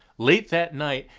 late that night,